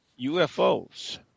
UFOs